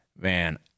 man